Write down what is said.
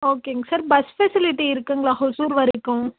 ஓகேங்க sir bus facility இருக்குதுங்களா ஓசூர் வரைக்கும்